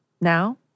now